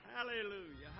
Hallelujah